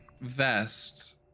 vest